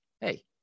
hey